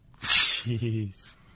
Jeez